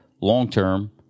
long-term